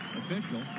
official